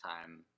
time